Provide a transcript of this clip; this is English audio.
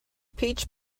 peach